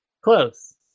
close